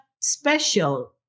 special